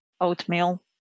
oatmeal